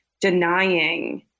denying